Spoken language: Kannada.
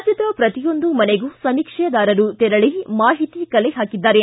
ರಾಜ್ಯದ ಪ್ರತಿಯೊಂದು ಮನೆಗೂ ಸಮೀಕ್ಷಾದಾರರು ತೆರಳಿ ಮಾಹಿತಿ ಕಲೆ ಹಾಕಿದ್ದಾರೆ